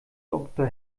doktor